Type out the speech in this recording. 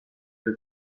che